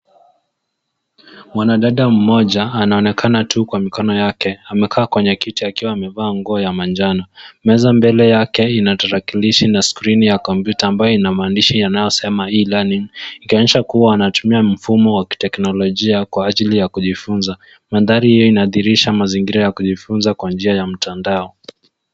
Mwanadada mmoja anaonekana tu kwa mikono yake, amekaa kwenye kiti akiwa amevaa nguo ya manjano. Meza mbele yake ina tarakilishi na skrini ya kompyuta ambayo ina maandishi yanayosema e-learning ikionyesha kuwa anatumia mfumo wa kiteknolojia kwa ajili ya kujifunza. Mandhari hiyo inadhihirisha mazingira ya kujifunza kwa njia ya mtandao.